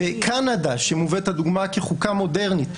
בקנדה שמובאת כדוגמה לחוקה מודרנית,